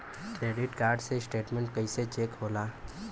Credit card के statement कइसे check होला?